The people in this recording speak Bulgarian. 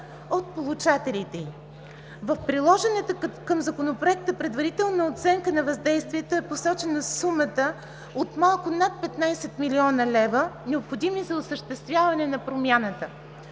от получателите й. В приложената към Законопроекта предварителна оценка на въздействието е посочена сумата от малко над 15 млн. лв., необходими за осъществяването на промяната.